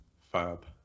Fab